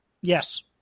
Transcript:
Yes